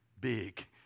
big